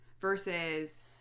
Versus